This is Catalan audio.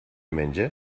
menge